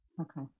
Okay